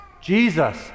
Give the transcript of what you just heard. Jesus